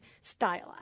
stylized